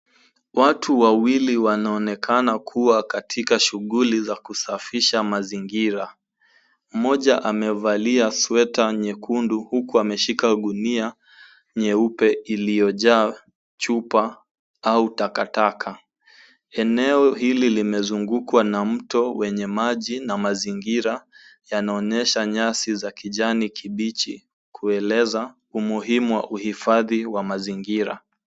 Watu wawili wanaonekana kuwa katika shughuli za kusafisha mazingira. Mmoja amevalia sweta nyekundu, huku ameshika gunia nyeupe iliyojaa chupa au takataka. Eneo hili limezungukwa na mto wenye maji, na mazingira yanaonyesha nyasi za kijani kibichi, kueleza umuhimu wa uhifadhi wa mazingira.